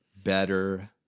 Better